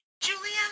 Julia